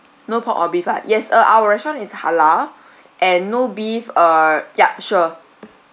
no pork or beef ah yes uh our restaurant is halal and no beef uh yup sure